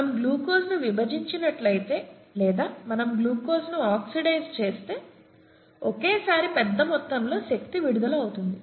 మనం గ్లూకోజ్ను విభజించినట్లయితే లేదా మనం గ్లూకోజ్ను ఆక్సిడైజ్ చేస్తే ఒకేసారి పెద్ద మొత్తంలో శక్తి విడుదల అవుతుంది